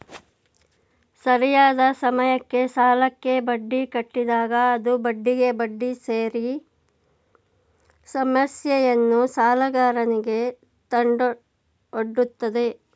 ಸರಿಯಾದ ಸಮಯಕ್ಕೆ ಸಾಲಕ್ಕೆ ಬಡ್ಡಿ ಕಟ್ಟಿದಾಗ ಅದು ಬಡ್ಡಿಗೆ ಬಡ್ಡಿ ಸೇರಿ ಸಮಸ್ಯೆಯನ್ನು ಸಾಲಗಾರನಿಗೆ ತಂದೊಡ್ಡುತ್ತದೆ